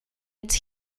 its